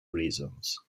reasons